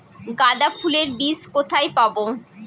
গাঁদা ফুলের বীজ কোথায় পাবো?